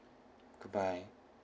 goodbye